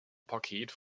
paket